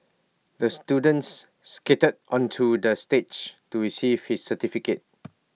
the students skated onto the stage to receive his certificate